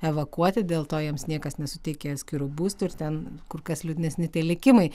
evakuoti dėl to jiems niekas nesuteikė atskirų būstų ir ten kur kas liūdnesni tie likimai